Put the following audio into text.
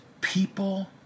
people